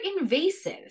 invasive